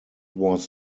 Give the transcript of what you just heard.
was